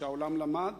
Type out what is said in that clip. שהעולם למד,